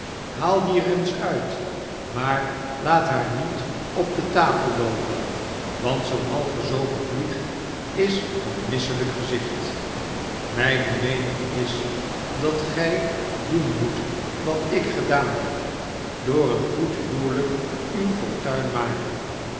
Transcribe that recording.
haal die er eens uit maar laat naar ni t op de tafel loopen want zoo'n half verzopen vlieg is een misseliik gezicht mijne meening is dat gij doen moet wat ik gedaan heb door een goed huwelijk uw fortuin rnaken